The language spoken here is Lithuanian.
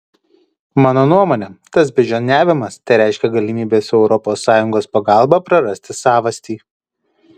mano nuomone tas beždžioniavimas tereiškia galimybę su europos sąjungos pagalba prarasti savastį